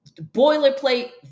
boilerplate